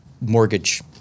mortgage